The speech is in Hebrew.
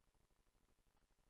סדר-היום.